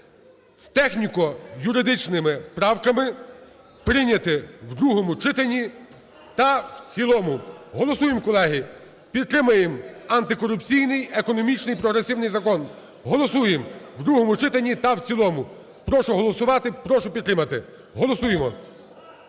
з техніко-юридичними правками прийняти в другому читанні та в цілому. Голосуємо, колеги! Підтримаємо антикорупційний економічний прогресивний закон. Голосуємо в другому читанні та в цілому. Прошу голосувати, прошу підтримати. Голосуємо!